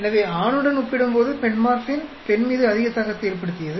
ஆகவே ஆணுடன் ஒப்பிடும்போது மெட்ஃபோர்மின் பெண் மீது அதிக தாக்கத்தை ஏற்படுத்தியது